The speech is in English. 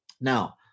Now